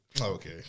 Okay